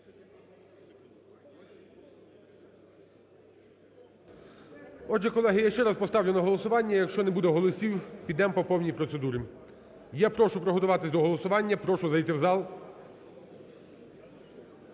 Отже, колеги, я ще раз поставлю на голосування, якщо не буде голосів, підемо по повній процедурі. Я прошу приготуватись до голосування, прошу зайти в зал.